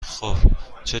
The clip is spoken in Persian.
خوبچه